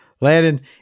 Landon